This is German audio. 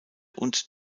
und